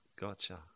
Gotcha